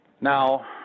Now